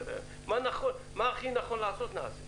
מה שהכי נכון לעשות, נעשה.